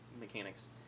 mechanics